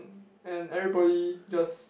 and everybody just